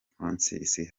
francis